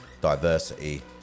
diversity